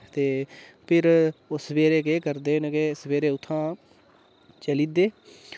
ते फिर ओह् सवेरे केह् करदे न के सवेरे उत्थोआं चली दे